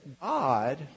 God